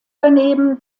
daneben